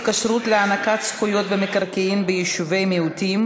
התקשרות להענקת זכויות במקרקעין ביישוב מיעוטים